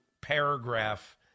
paragraph